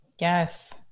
Yes